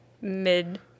mid